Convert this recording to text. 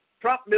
Trump